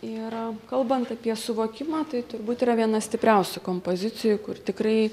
ir kalbant apie suvokimą tai turbūt yra viena stipriausių kompozicijų kur tikrai